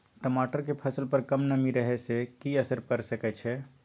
टमाटर के फसल पर कम नमी रहै से कि असर पैर सके छै?